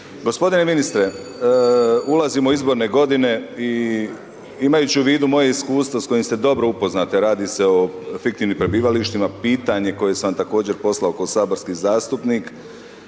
G. ministre, ulazimo u izborne godine i imajući u vodu moja iskustva s kojima ste dobro upoznati, a radi se o fiktivnim prebivalištima, pitanje koje sam također poslao kao saborski zastupnik